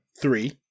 three